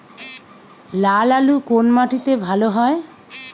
লাল আলু কোন মাটিতে ভালো হয়?